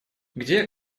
где